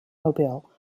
mobile